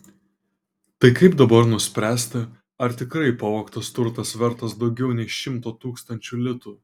tai kaip dabar nuspręsti ar tikrai pavogtas turtas vertas daugiau nei šimto tūkstančių litų